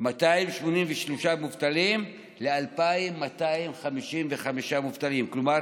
מ-283 מובטלים ל-2,255 מובטלים, כלומר